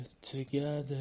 together